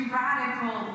radical